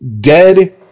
dead